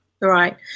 Right